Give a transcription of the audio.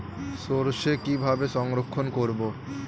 সরষে কিভাবে সংরক্ষণ করব?